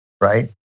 right